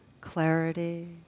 clarity